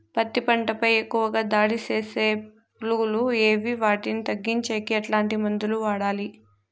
పత్తి పంట పై ఎక్కువగా దాడి సేసే పులుగులు ఏవి వాటిని తగ్గించేకి ఎట్లాంటి మందులు వాడాలి?